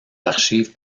archives